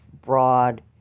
broad